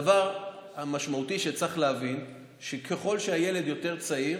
הדבר המשמעותי שצריך להבין הוא שככל שהילד יותר צעיר,